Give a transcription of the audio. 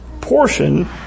portion